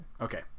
Okay